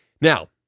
Now